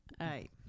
right